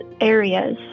areas